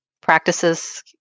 practices